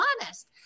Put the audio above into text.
honest